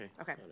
Okay